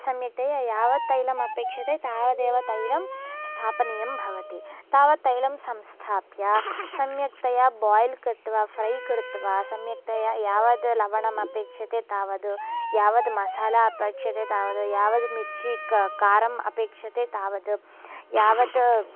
सम्यक्तया यावत् तैलम् अपेक्षते तावदेव तैलं स्थापनीयं भवति तावत्तैलं संस्थाप्य सम्यक्तया बायिल् कृत्वा फ्रै कृत्वा सम्यक्तया यावद् लवणम् अपेक्षते तावद् यावत् मसाला अपेक्षते तावद् यावद् मिच्छि कारम् अपेक्षते तावद् यावद्